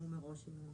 אנחנו